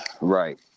Right